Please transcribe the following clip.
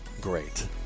great